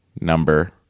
number